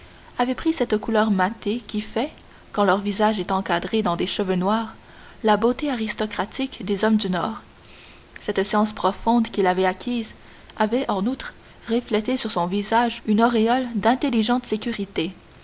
avait pris cette couleur mate qui fait quand leur visage est encadré dans des cheveux noirs la beauté aristocratique des hommes du nord cette science profonde qu'il avait acquise avait en outre reflété sur tout son visage une auréole d'intelligente